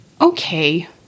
okay